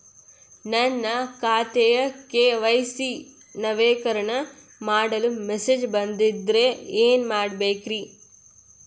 ನನ್ನ ಖಾತೆಯ ಕೆ.ವೈ.ಸಿ ನವೇಕರಣ ಮಾಡಲು ಮೆಸೇಜ್ ಬಂದದ್ರಿ ಏನ್ ಮಾಡ್ಬೇಕ್ರಿ?